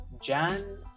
Jan